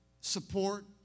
support